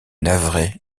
navré